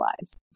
lives